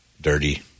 dirty